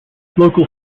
local